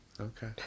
Okay